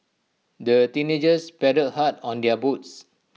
the teenagers paddled hard on their boats